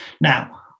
now